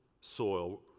soil